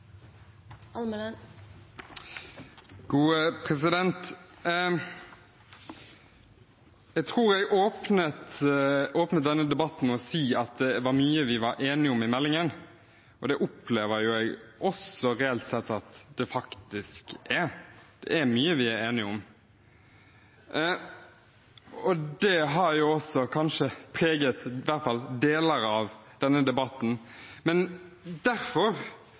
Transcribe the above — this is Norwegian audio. Jeg tror jeg åpnet denne debatten med å si at det var mye i meldingen vi var enige om, og det opplever jeg også at det reelt sett er. Det er mye vi er enige om. Det har preget i hvert fall deler av denne debatten. Derfor